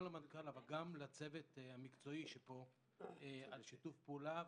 למנכ"ל וגם לצוות המקצועי שפה על שיתוף הפעולה,